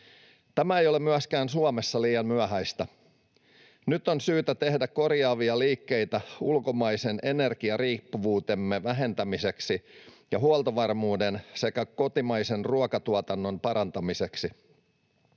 Tämä ei ole myöskään Suomessa liian myöhäistä. Nyt on syytä tehdä korjaavia liikkeitä ulkomaisen energiariippuvuutemme vähentämiseksi ja huoltovarmuuden sekä kotimaisen ruokatuotannon parantamiseksi.